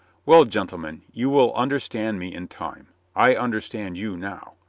well, gentlemen, you will understand me in time. i understand you now,